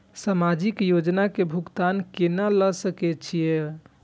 समाजिक योजना के भुगतान केना ल सके छिऐ?